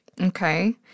Okay